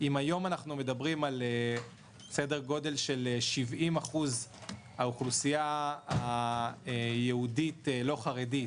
אם היום אנחנו מדברים על סדר גודל של 70% אוכלוסייה יהודית לא חרדית,